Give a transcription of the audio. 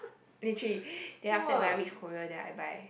literally then after that when I reach Korea then I buy